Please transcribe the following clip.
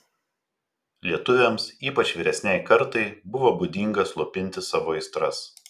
lietuviams ypač vyresnei kartai buvo būdinga slopinti savo aistras